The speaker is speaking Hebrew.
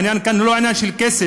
העניין כאן הוא לא עניין של כסף,